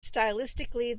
stylistically